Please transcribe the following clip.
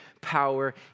power